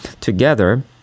together